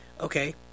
Okay